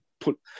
put